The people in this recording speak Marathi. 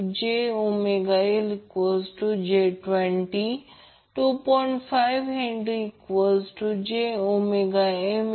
तर ती आकृती 1 आणि आकृती 2 च्या सर्किटमध्ये पर सायकल डेसिपेटेड एनर्जी आहे